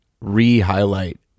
re-highlight